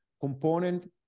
component